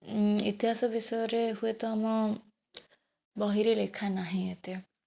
ଉଁ ଇତିହାସ ବିଷୟରେ ହୁଏତ ଆମ ବହିରେ ଲେଖା ନାହିଁ ଏତେ